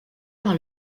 par